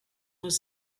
was